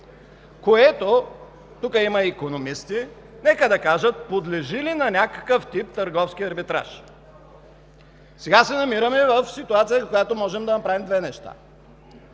което – тук има икономисти, нека да кажат: подлежи ли на някакъв тип търговски арбитраж? Сега се намираме в ситуация, в която можем да направим две неща.